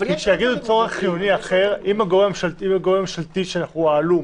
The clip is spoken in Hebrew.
כשיגידו "צורך חיוני אחר", אם הגורם הממשלתי העלום